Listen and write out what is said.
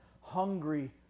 Hungry